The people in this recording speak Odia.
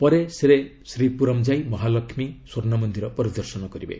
ପରେ ସେ ଶ୍ରୀପୁରମ୍ ଯାଇ ଶ୍ରୀମହାଲକ୍ଷ୍ମୀ ସ୍ୱର୍ଣ୍ଣମନ୍ଦିର ପରିଦର୍ଶନ କରିବେ